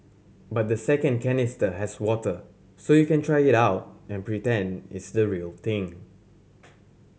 but the second canister has water so you can try it out and pretend it's the real thing